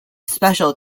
special